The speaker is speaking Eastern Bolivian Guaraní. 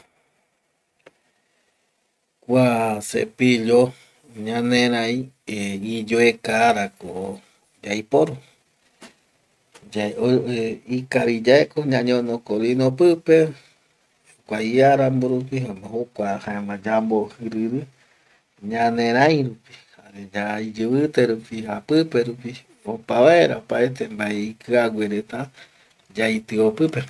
Kua cepillo ñanerai eh iyoekarako yaiporu ikaviyaeko ñañono kolino pipe kua iarambo rupi jaema jokua jaema yambojiriri ñanerai rupi jare iyivite rupi japipe rupi opa vaera opaete mbae ikiague reta yaitio pipe